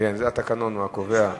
התקנון הוא הקובע,